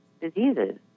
diseases